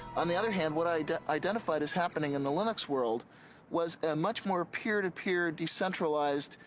on the other hand what i identified is happening in the linux world was a much more peer to peer decentralized,